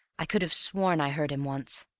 i could have sworn i heard him once.